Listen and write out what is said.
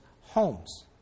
homes